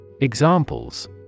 Examples